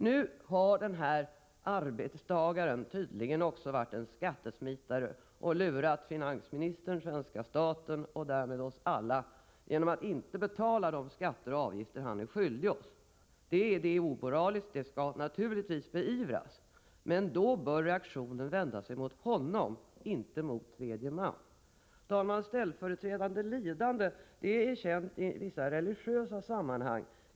Arbetstagaren i det aktuella fallet har tydligen varit en skattesmitare och lurat finansministern, svenska staten och därmed oss alla genom att inte betala de skatter och avgifter han är skyldig oss. Det är omoraliskt. Det skall naturligtvis beivras. Men då bör reaktionen vända sig mot honom — inte mot tredje man. Herr talman! Ställföreträdande lidande är känt i vissa religiösa sammanhang.